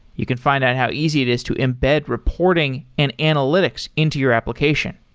you can find out how easy it is to embed reporting and analytics into your application.